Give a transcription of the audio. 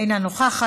אינה נוכחת,